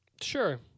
Sure